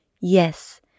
Yes